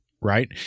right